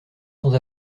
sans